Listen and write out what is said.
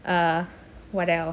uh what else